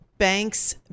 banks